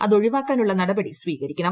അതൊഴിവാക്കാനുള്ള നടപടി സ്വീകരിക്കണം